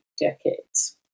decades